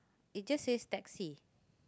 it just says taxi